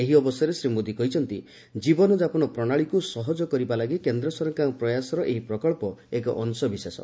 ଏହି ଅବସରରେ ଶ୍ରୀ ମୋଦୀ କହିଛନ୍ତି ଜୀବନଯାପନ ପ୍ରଣାଳୀକୁ ସହଜ କରିବା ଲାଗି କେନ୍ଦ୍ର ସରକାରଙ୍କ ପ୍ରୟାସର ଏହି ପ୍ରକଳ୍ପ ଏକ ଅଂଶବିଶେଷ